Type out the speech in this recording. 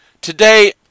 Today